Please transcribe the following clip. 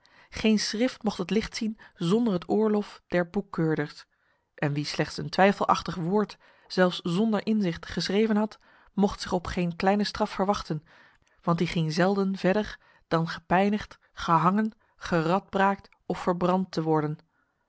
geen schrift mocht het licht zien zonder het oorlof der boekkeurders en wie slechts een twijfelachtig woord zelfs zonder inzicht geschreven had mocht zich op geen kleine straf verwachten want die ging zelden verder dan gepijnigd gehangen geradbraakt of verbrand te worden